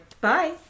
Bye